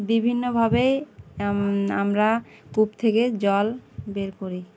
বিভিন্নভাবেই আমরা কূপ থেকে জল বের করি